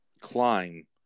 climb